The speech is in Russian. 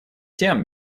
тем